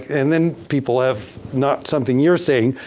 and then people have, not something you're saying,